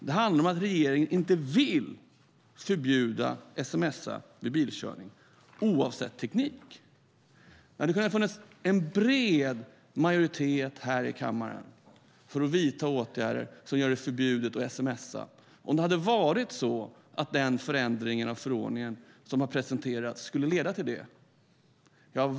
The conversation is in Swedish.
Det handlar om att regeringen inte vill förbjuda sms:ande vid bilkörning, oavsett teknik. Det hade kunnat finnas en bred majoritet här i kammaren för att vidta åtgärder som gör det förbjudet att sms:a om den förändring av förordning som har presenterats skulle leda till det.